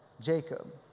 Jacob